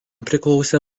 priklausė